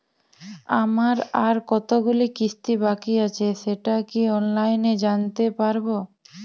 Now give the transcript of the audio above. আমার আর কতগুলি কিস্তি বাকী আছে সেটা কি অনলাইনে জানতে পারব?